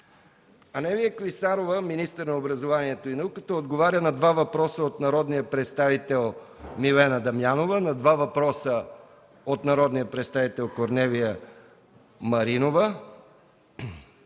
Ирена Соколова; - министъра на образованието и науката Анелия Клисарова на два въпроса от народния представител Милена Дамянова, на два въпроса от народния представител Корнелия Маринова;